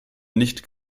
nicht